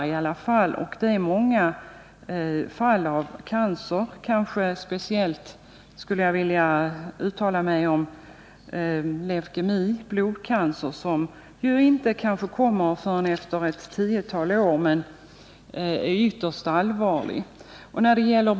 Riskerna är stora för speciellt leukemi, blodcancer, som kanske inte uppkommer förrän efter ett tiotal år men som är en ytterst allvarlig sjukdom.